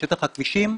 בשטח הכבישים,